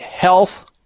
health